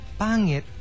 Pangit